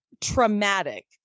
traumatic